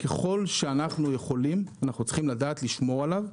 ככל שאנחנו יכולים אנחנו צריכים לדעת לשמור עליו.